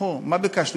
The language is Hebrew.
הבחור: מה ביקשנו?